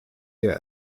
der